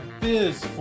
biz